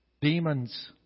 Demons